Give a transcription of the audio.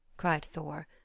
cried thor,